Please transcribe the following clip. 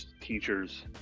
teachers